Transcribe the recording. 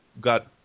got